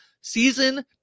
season